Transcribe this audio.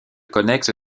connexe